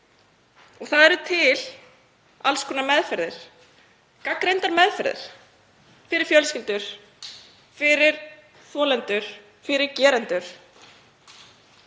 Það eru til alls konar meðferðir, gagnreyndar meðferðir, fyrir fjölskyldur, fyrir þolendur, fyrir gerendur.